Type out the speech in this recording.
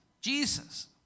Jesus